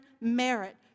merit